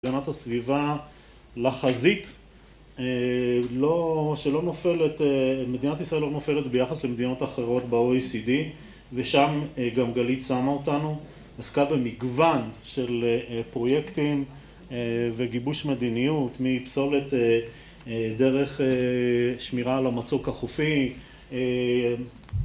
הגנת הסביבה לחזית, אה.. לא... שלא נופלת... מדינת ישראל לא נופלת ביחס למדינות אחרות באו-אי-סי-די ושם גם גלית שמה אותנו, עסקה במגוון של אה, פרויקטים אה... וגיבוש מדיניות מפסולת, אה... דרך שמירה על המצוק החופי, אה...